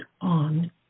on